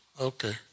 Okay